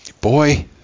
Boy